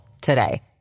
today